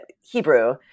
Hebrew